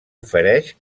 ofereix